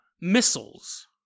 missiles